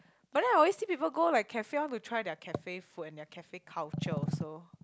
but then I always see people go like cafe want to try their cafe food and cafe culture also